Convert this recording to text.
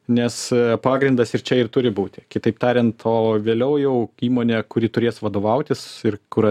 nes pagrindas ir čia ir turi būti kitaip tariant o vėliau jau įmonė kuri turės vadovautis ir kur